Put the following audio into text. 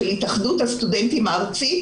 אלא של התאחדות הסטודנטים הארצית,